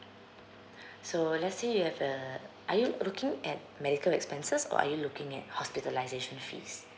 so let's say you have a are you looking at medical expenses or are you looking at hospitalization fees